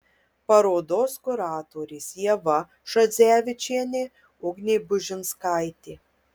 parodos kuratorės ieva šadzevičienė ugnė bužinskaitė